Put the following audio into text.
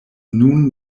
nun